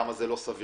כמה זה לא סביר,